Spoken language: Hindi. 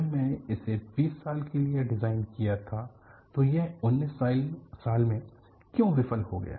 जब मैंने इसे 20 साल के लिए डिजाइन किया था तो यह 19 साल में क्यों विफल हो गया